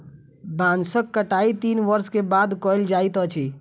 बांसक कटाई तीन वर्ष के बाद कयल जाइत अछि